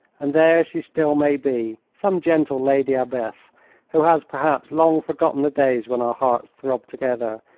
and there she still may be, some gentle lady abbess who has perhaps long forgotten the days when our hearts throbbed together,